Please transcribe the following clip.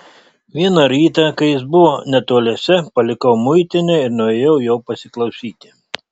vieną rytą kai jis buvo netoliese palikau muitinę ir nuėjau jo pasiklausyti